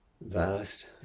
Vast